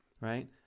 right